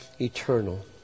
eternal